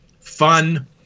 fun